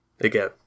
again